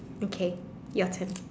okay your turn